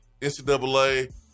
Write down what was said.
NCAA